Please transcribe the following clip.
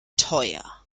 teuer